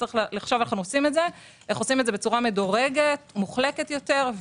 צריך לחשוב איך לעשות את זה בצורה מדורגת ומוחלקת יותר,